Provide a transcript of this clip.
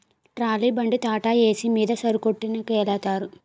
trolley బండి టాటాఏసి మీద సరుకొట్టికెలతారు